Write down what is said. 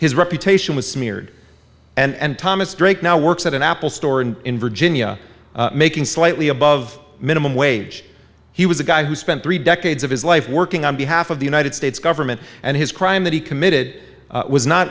his reputation was smeared and thomas drake now works at an apple store and in virginia making slightly above minimum wage he was a guy who spent three decades of his life working on behalf of the united states government and his crime that he committed was not